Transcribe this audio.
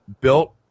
built